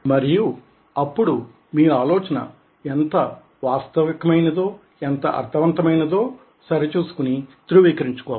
మరియు అప్పుడు మీ ఆలోచన ఎంత వాస్తవికమైనదో ఎంత అర్ధవంతమైనదో సరిచూసుకుని ధృవీకరించుకోవాలి